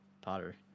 Potter